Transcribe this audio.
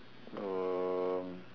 uh